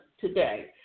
today